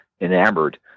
enamored